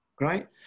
Right